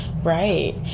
Right